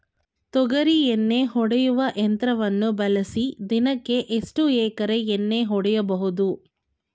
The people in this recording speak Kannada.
ತೊಗರಿ ಎಣ್ಣೆ ಹೊಡೆಯುವ ಯಂತ್ರವನ್ನು ಬಳಸಿ ದಿನಕ್ಕೆ ಎಷ್ಟು ಎಕರೆ ಎಣ್ಣೆ ಹೊಡೆಯಬಹುದು?